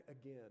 again